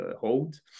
hold